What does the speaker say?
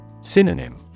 Synonym